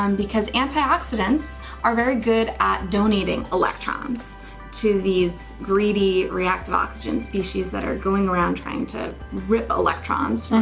um because antioxidants are very good at donating electrons to these greedy reactive oxygen species, that are going around trying to rip electrons